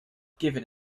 giving